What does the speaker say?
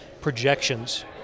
projections